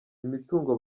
imitungo